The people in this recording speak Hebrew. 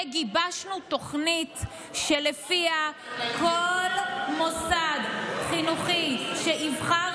וגיבשנו תוכנית שלפיה כל מוסד חינוכי שיבחר